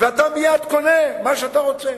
ואתה מייד קונה מה שאתה רוצה.